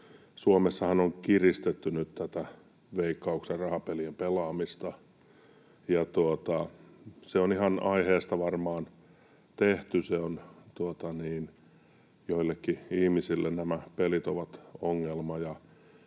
Suomessahan on kiristetty nyt tätä Veikkauksen rahapelien pelaamista. Se on ihan aiheesta varmaan tehty, joillekin ihmisille nämä pelit ovat ongelma.